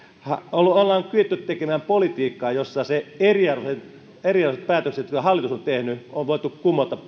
olemme kyenneet tekemään politiikkaa jossa eriarvoiset eriarvoiset päätökset joita hallitus on tehnyt on voitu kumota